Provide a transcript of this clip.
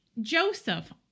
Joseph